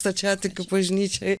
stačiatikių bažnyčioj